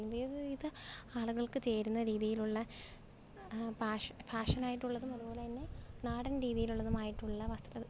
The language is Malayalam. വിവിധ ആളുകൾക്ക് ചേരുന്ന രീതിയിലുള്ള ഫാഷനായിട്ടുള്ളതും അതുപോലെ തന്നെ നാടൻ രീതിയിലുള്ളതുമായിട്ടുള്ള വസ്ത്രങ്ങൾ